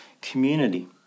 community